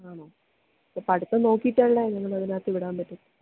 ആണോ അപ്പോള് പഠിത്തം നോക്കിയിട്ടല്ലേ നിങ്ങള് അതിനകത്ത് വിടാൻ പറ്റൂ